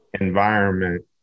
environment